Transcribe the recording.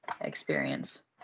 experience